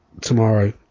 tomorrow